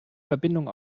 verbindung